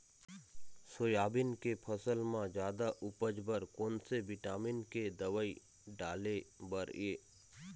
Soybean के फसल म जादा उपज बर कोन से विटामिन के दवई डाले बर ये?